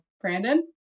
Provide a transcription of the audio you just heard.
Brandon